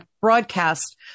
broadcast